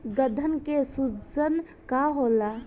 गदन के सूजन का होला?